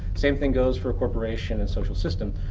same thing goes for corporations and social systems.